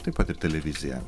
taip pat ir televizija